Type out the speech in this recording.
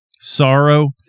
sorrow